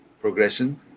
progression